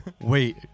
Wait